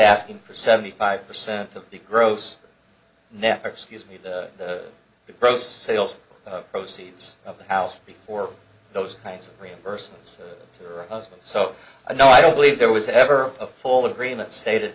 asking for seventy five percent of the gross net excuse me the gross sales proces of the house before those kinds of reimbursements to her husband so i no i don't believe there was ever a full agreement stated